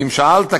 ואם שאלת,